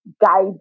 guide